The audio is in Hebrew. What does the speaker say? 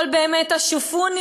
כל באמת השופוני,